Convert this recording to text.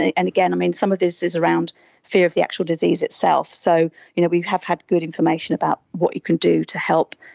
and again, um and some of this is around fear of the actual disease itself. so you know we have had good information about what you can do to help